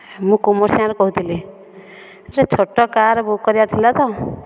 ମୁଁ କୁମୁରିସିଆଁରୁ କହୁଥିଲି ଗୋଟିଏ ଛୋଟ କାର୍ ବୁକ୍ କରିବାର ଥିଲା ତ